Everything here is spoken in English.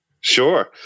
Sure